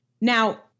Now